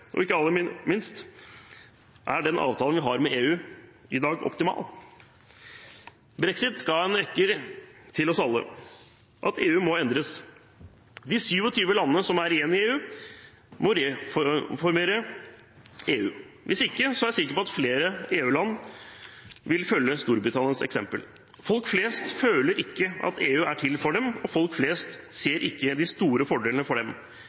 Og ikke minst: Er den avtalen vi har med EU i dag, optimal? Brexit ga en vekker til oss alle: EU må endres. De 27 landene som er igjen i EU, må reformere EU. Hvis ikke er jeg sikker på at flere EU-land vil følge Storbritannias eksempel. Folk flest føler ikke at EU er til for dem, og folk flest ser ikke de store fordelene.